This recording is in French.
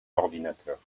ordinateur